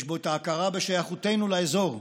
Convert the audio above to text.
יש בו את ההכרה בשייכותו לאזור שלנו,